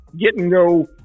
get-and-go